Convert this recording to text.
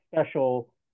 special